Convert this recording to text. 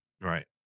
Right